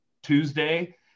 tuesday